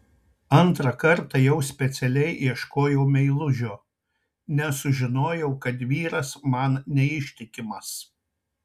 antrą kartą jau specialiai ieškojau meilužio nes sužinojau kad vyras man neištikimas